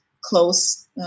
close